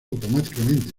automáticamente